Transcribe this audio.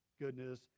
goodness